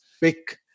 pick